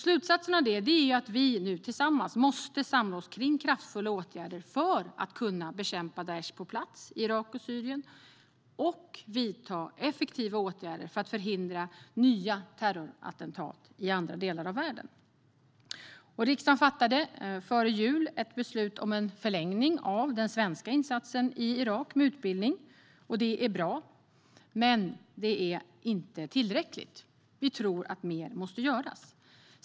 Slutsatsen är att vi tillsammans måste samla oss i kraftfulla åtgärder för att kunna bekämpa Daish på plats i Irak och Syrien och vidta effektiva åtgärder för att förhindra nya terrorattentat i andra delar av världen. Riksdagen fattade före jul ett beslut om en förlängning av den svenska utbildningsinsatsen i Irak. Det är bra men inte tillräckligt. Mer måste göras.